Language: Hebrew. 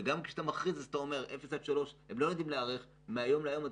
וגם כשאתה מכריז אז אי-אפשר להיערך מהיום להיום.